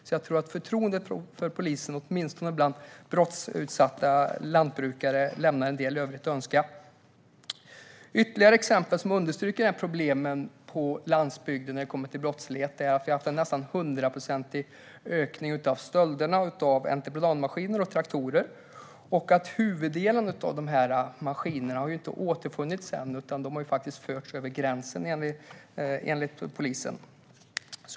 Jag tror alltså att förtroendet för polisen, åtminstone bland brottsutsatta lantbrukare, lämnar en del övrigt att önska. Ytterligare exempel som understryker dessa problem med brottslighet på landsbygden är att vi har haft en nästan 100-procentig ökning av stölderna av entreprenadmaskiner och traktorer. Huvuddelen av de maskinerna har inte återfunnits. De har faktiskt förts över gränsen, enligt polisen.